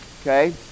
okay